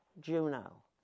Juno